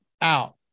out